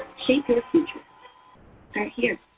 shape your future right here.